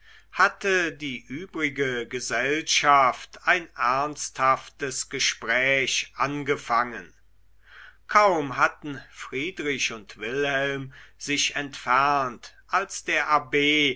hatte die übrige gesellschaft ein ernsthaftes gespräch angefangen kaum hatten friedrich und wilhelm sich entfernt als der abb